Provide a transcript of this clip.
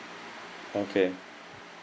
okay